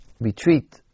retreat